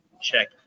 Check